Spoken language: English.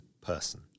person